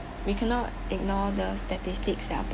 we cannot ignore the statistics that're